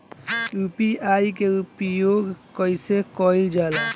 UPI के उपयोग कइसे कइल जाला?